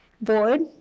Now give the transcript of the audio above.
board